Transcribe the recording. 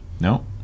No